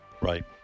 Right